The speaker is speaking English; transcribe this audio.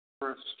First